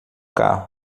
carro